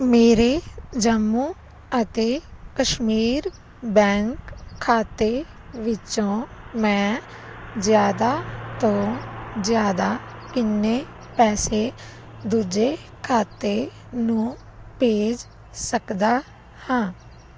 ਮੇਰੇ ਜੰਮੂ ਅਤੇ ਕਸ਼ਮੀਰ ਬੈਂਕ ਖਾਤੇ ਵਿੱਚੋਂ ਮੈਂ ਜ਼ਿਆਦਾ ਤੋਂ ਜ਼ਿਆਦਾ ਕਿੰਨੇ ਪੈਸੇ ਦੂਜੇ ਖਾਤੇ ਨੂੰ ਭੇਜ ਸਕਦਾ ਹਾਂ